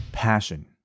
passion